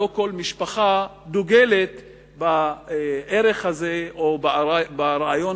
לא כל משפחה דוגלת בערך הזה או ברעיון